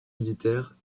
militaire